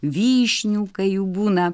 vyšnių kai jų būna